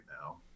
now